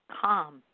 calm